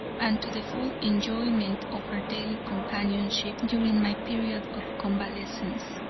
and to the full enjoyment of her daily companionship during my period of convalescence.